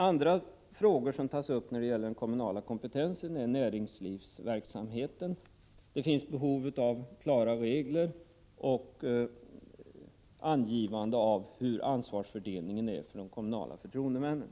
Andra frågor som tas upp inom den kommunala kompetensen är näringslivsverksamheten. Det finns behov av klara regler och angivande av ansvarsfördelningen för de kommunala förtroendemännen.